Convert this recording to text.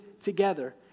together